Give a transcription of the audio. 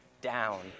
down